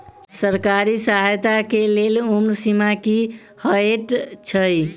सरकारी सहायता केँ लेल उम्र सीमा की हएत छई?